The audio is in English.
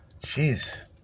Jeez